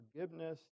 forgiveness